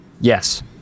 Yes